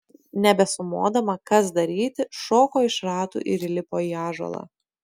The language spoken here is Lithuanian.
nebesumodama kas daryti šoko iš ratų ir įlipo į ąžuolą